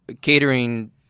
catering